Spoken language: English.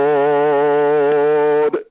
Lord